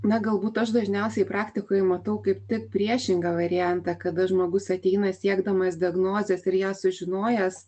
na galbūt aš dažniausiai praktikoj matau kaip tik priešingą variantą kada žmogus ateina siekdamas diagnozės ir ją sužinojęs